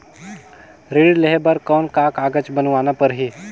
ऋण लेहे बर कौन का कागज बनवाना परही?